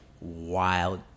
wild